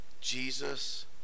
Jesus